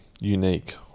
unique